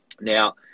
Now